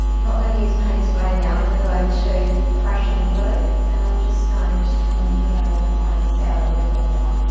not gonna use paynes grey now, i'm gonna go to prussian blue, and i'm just going to go come in here and define this out a little bit more.